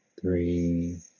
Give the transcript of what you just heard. three